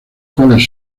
cuales